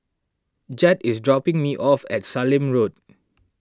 Jett is dropping me off at Sallim Road